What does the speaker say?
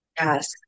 Yes